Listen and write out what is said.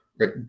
right